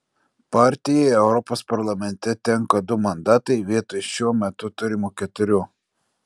partijai europos parlamente tenka du mandatai vietoj šiuo metu turimų keturių